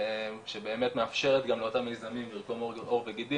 שבאמת מאפשרת גם לאותם יזמים לרקום עור וגידים,